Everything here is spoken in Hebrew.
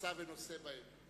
נשא ונושא בהם.